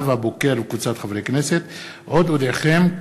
עוד אודיעכם,